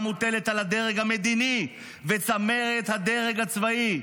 מוטלת על הדרג המדיני וצמרת הדרג הצבאי".